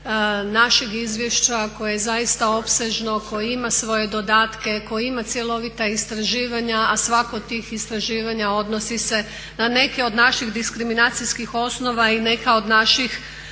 našeg izvješća koje je zaista opsežno, koje ima svoje dodatke, koje ima cjelovita istraživanja a svako od tih istraživanja odnosi se na neke od naših diskriminacijskih osnova i neka od naših